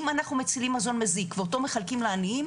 אם אנחנו מצילים מזון מזיק ואותו מחלקים לעניים,